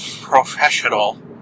professional